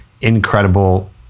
incredible